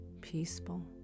peaceful